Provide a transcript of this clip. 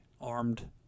armed